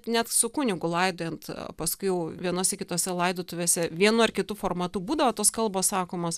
net su kunigu laidojant paskui jau vienose kitose laidotuvėse vienu ar kitu formatu būdavo tos kalbos sakomos